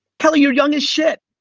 kelly you are young as shit.